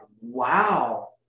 wow